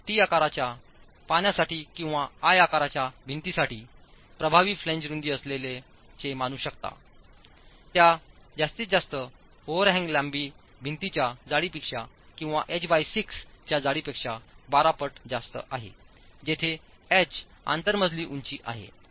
आपण टी आकाराच्या पाण्यासाठी किंवा आय आकाराच्या भिंतीसाठी प्रभावी फ्लॅंज रूंदी असल्याचे मानू शकता त्या जास्तीत जास्त ओव्हरहॅन्ग लांबी भिंतीच्या जाडीपेक्षा किंवा एच6 च्या जाडीपेक्षा 12 पट जास्त आहे जिथे एच आंतरमंजिला उंची आहे